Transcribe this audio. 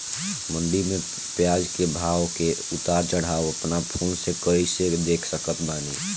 मंडी मे प्याज के भाव के उतार चढ़ाव अपना फोन से कइसे देख सकत बानी?